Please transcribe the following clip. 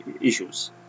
issues